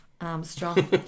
Armstrong